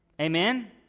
Amen